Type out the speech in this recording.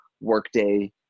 Workday